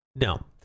no